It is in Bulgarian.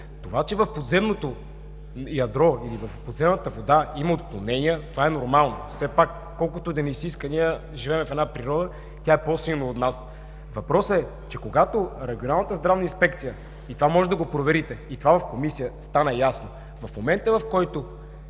Това че в подземното ядро, в подземната вода има отклонения, това е нормално. Все пак, колкото и да ни се иска, ние живеем в една природа, тя е по-силна от нас. Въпросът е, че когато Регионалната здравна инспекция – това може да го проверите и то стана ясно в Комисията, в момента, в който